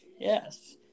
yes